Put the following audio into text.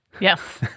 Yes